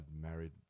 married